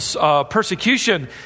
persecution